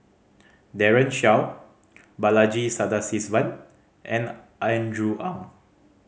Daren Shiau Balaji Sadasivan and Andrew Ang